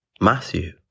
Matthew